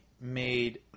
made